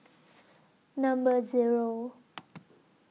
Number Zero